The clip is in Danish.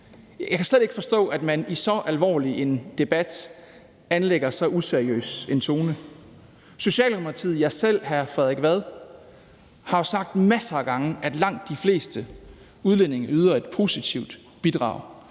Jeg kan slet ikke forstå, at man i så alvorlig en debat anlægger så useriøs en tone. Socialdemokratiet, jeg selv og hr. Frederik Vad har jo sagt masser af gange, at langt de fleste udlændinge yder et positivt bidrag